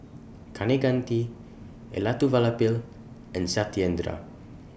Kaneganti Elattuvalapil and Satyendra